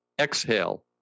Exhale